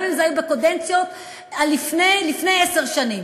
גם אם זה היה בקדנציות לפני עשר שנים,